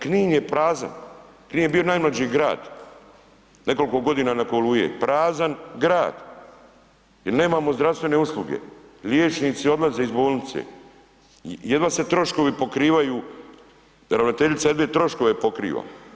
Knin je prazan, Knin je bio najmlađi grad nekoliko godina nakon Oluje, prazan grad jer nemamo zdravstvene usluge, liječnici odlaze iz bolnice, jedva se troškovi pokrivaju, ravnateljica jedva troškove pokriva.